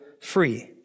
free